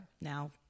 now